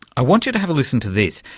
i want you to have a listen to this.